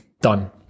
done